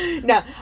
Now